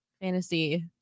fantasy